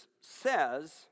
says